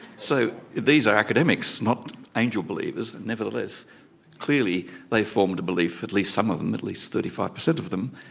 so these are academics, not angel believers nevertheless clearly they formed a belief, at least some of them, at least thirty five percent of them,